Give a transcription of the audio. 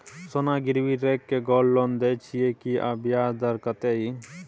सोना गिरवी रैख के गोल्ड लोन दै छियै की, आ ब्याज दर कत्ते इ?